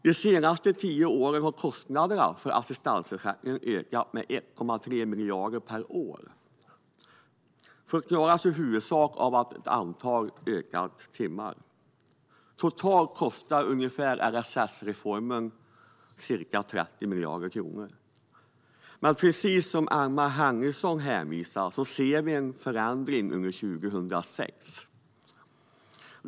De senaste tio åren har kostnaderna för assistansersättningen ökat med 1,3 miljarder per år. Det förklaras i huvudsak av ett ökat antal timmar. Totalt kostar LSS-reformen ca 30 miljarder kronor årligen. Precis som Emma Henriksson hänvisade till ser vi dock en förändring under 2016.